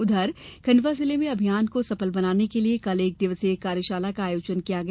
उधर खंडवा जिले में अभियान को सफल बनाने के लिए कल एक दिवसीय कार्यशाला का आयोजन किया गया